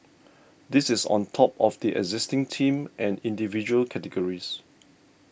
this is on top of the existing Team and Individual categories